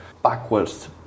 backwards